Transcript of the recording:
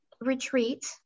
retreat